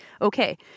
Okay